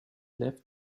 left